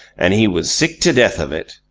and he was sick to death of it.